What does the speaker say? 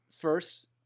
First